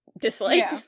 dislike